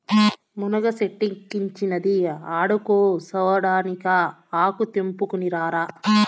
మునగ సెట్టిక్కించినది ఆడకూసోడానికా ఆకు తెంపుకుని రారా